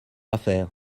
affaires